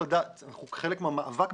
אנחנו חלק מהמאבק,